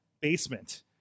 basement